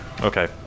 Okay